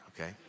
okay